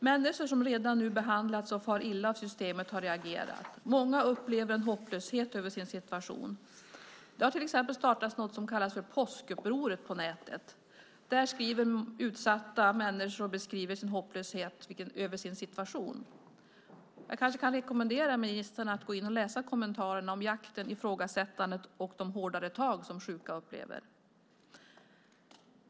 Människor som redan nu behandlats och far illa av systemet har reagerat. Många upplever en hopplöshet över sin situation. Det har till exempel startats någonting som kallas påskuppropet på nätet. Där skriver utsatta människor och beskriver sin hopplöshet över sin situation. Jag kanske kan rekommendera ministern att gå in och läsa kommentarerna om jakten, ifrågasättandet och de hårdare tag som sjuka upplever.